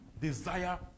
desire